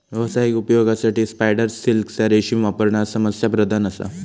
व्यावसायिक उपयोगासाठी स्पायडर सिल्कचा रेशीम वापरणा समस्याप्रधान असा